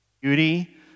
beauty